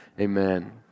amen